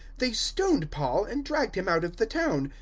they stoned paul and dragged him out of the town,